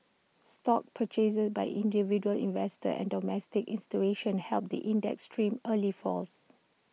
stock purchases by individual investors and domestic institutions helped the index trim early falls